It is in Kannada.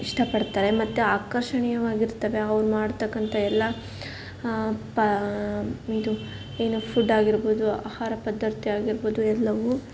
ಇಷ್ಟಪಡ್ತಾರೆ ಮತ್ತು ಆಕರ್ಷಣೀಯವಾಗಿರ್ತವೆ ಅವ್ರು ಮಾಡತಕ್ಕಂಥ ಎಲ್ಲ ಇದು ಏನು ಫುಡ್ ಆಗಿರ್ಬೋದು ಆಹಾರ ಪದಾರ್ಥ ಆಗಿರ್ಬೋದು ಎಲ್ಲವೂ